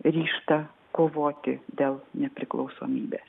ryžtą kovoti dėl nepriklausomybės